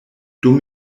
dum